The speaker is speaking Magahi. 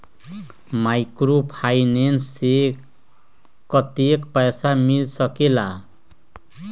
माइक्रोफाइनेंस से कतेक पैसा मिल सकले ला?